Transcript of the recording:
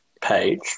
Page